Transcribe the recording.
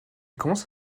commence